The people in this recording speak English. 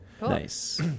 Nice